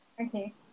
Okay